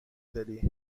داری